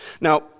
Now